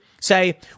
say